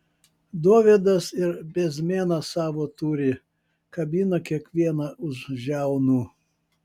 dovydas ir bezmėną savo turi kabina kiekvieną už žiaunų